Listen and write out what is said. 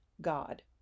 God